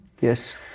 Yes